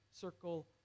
circle